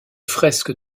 fresques